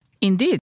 Indeed